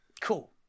Cool